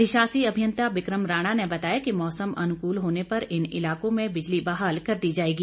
अधिशासी अभियंता बिक्रम राणा ने बताया कि मौसम अनुकूल होने पर इन इलाकों में बिजली बहाल कर दी जाएगी